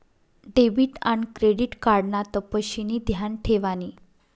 debit आन credit card ना तपशिनी ध्यान ठेवानी